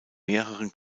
mehreren